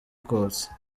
kotsa